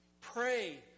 Pray